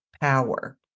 power